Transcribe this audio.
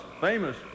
famous